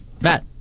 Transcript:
Matt